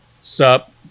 sup